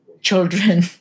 children